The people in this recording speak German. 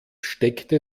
steckte